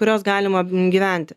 kurios galima gyventi